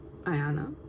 ayana